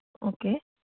okay